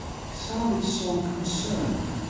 he sounded so concerned,